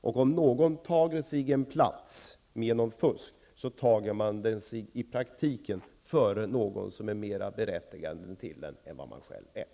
Om någon tager sig en plats genom fusk, tager man den sig i praktiken före någon som är mera berättigad till den än vad man själv är.